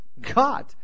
God